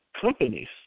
companies